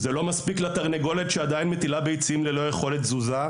זה לא מספיק לתרנגולת שעדיין מטילה ביצים ללא יכולת תזוזה,